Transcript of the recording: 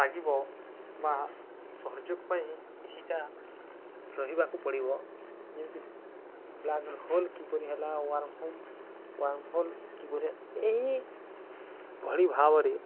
ଲାଗିବ ବା ସହଯୋଗ ପାଇଁ କିଛିଟା ରହିବାକୁ ପଡ଼ିବ ଯେମିତି ବ୍ଲାକ୍ ହୋଲ କିପରି ହେଲା ୱାର୍ମ ହୋମ ୱାର୍ମ ହୋଲ୍ କିପରି ହେଲା ଏହିଭଳି ଭାବରେ